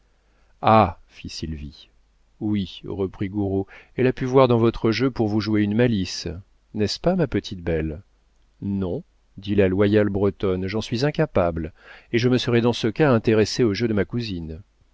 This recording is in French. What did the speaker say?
ah fit sylvie oui reprit gouraud elle a pu voir dans votre jeu pour vous jouer une malice n'est-ce pas ma petite belle non dit la loyale bretonne j'en suis incapable et je me serais dans ce cas intéressée au jeu de ma cousine